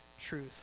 truth